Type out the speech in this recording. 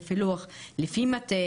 בפילוח לפי מטה,